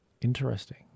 Interesting